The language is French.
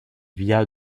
via